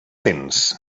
tens